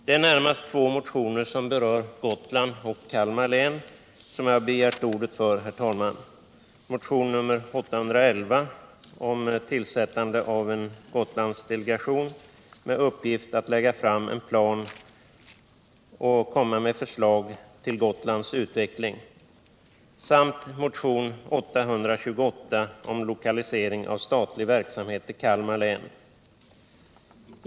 Jag har begärt ordet, herr talman, närmast för att beröra två motioner som gäller Gotland och Kalmar län, nämligen motionen 811 om tillsättande av en Gotlandsdelegation med uppgift att lägga fram en plan för Gotlands utveckling samt motionen 828 om lokalisering av statlig verksamhet till Kalmar län.